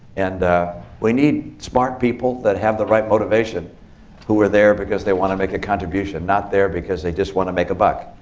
and we need smart people that have the right motivation who are there because they want to make a contribution, not there because they just want to make a buck.